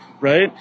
right